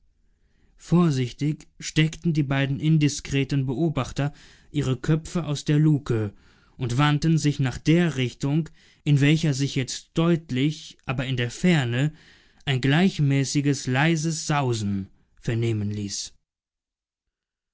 vorsichtig steckten die beiden indiskreten beobachter ihre köpfe aus der luke und wandten sich nach der richtung in welcher sich jetzt deutlich aber in der ferne ein gleichmäßiges leises sausen vernehmen ließ